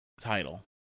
title